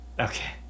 Okay